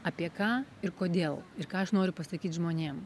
apie ką ir kodėl ir ką aš noriu pasakyt žmonėm